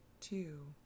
two